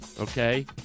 okay